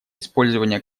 использования